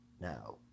Now